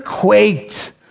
quaked